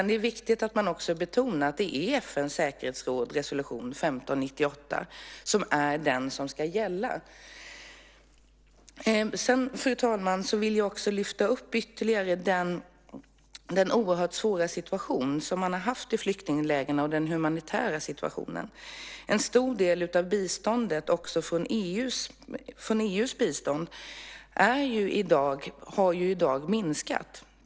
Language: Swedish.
Det är viktigt att betona att det är FN:s säkerhetsråds resolution 1598 som ska gälla. Sedan, fru talman, vill jag ytterligare lyfta upp den oerhört svåra humanitära situation man haft i flyktinglägren. En stor del av biståndet, också från EU, har i dag minskat.